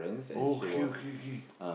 okay okay kay